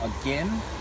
again